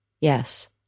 yes